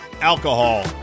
Alcohol